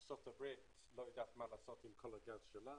ארצות הברית לא יודעת מה לעשות עם כל הגז שלה,